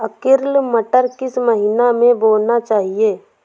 Arkel मटर किस महीना में बोना चाहिए?